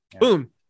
Boom